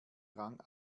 rang